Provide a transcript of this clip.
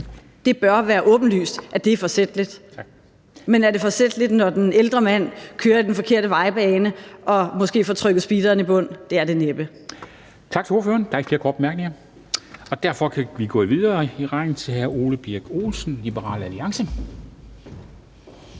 Det bør være åbenlyst, at det er forsætligt. Men er det forsætligt, når den ældre mand kører i den forkerte vejbane og måske får trykket speederen i bund? Det er det næppe.